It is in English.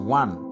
one